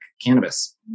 cannabis